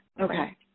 Okay